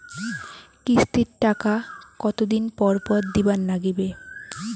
কিস্তির টাকা কতোদিন পর পর দিবার নাগিবে?